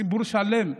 ציבור שלם,